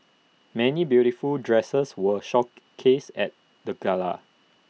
many beautiful dresses were shook cased at the gala